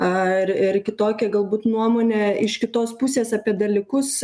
ar ir kitokią galbūt nuomonę iš kitos pusės apie dalykus